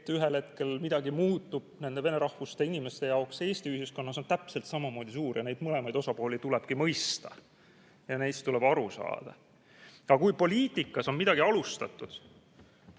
et ühel hetkel midagi muutuks nende vene rahvusest inimeste jaoks Eesti ühiskonnas, on suur. Neid mõlemaid osapooli tuleb mõista ja neist tuleb aru saada. Kui poliitikas on midagi alustatud,